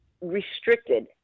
restricted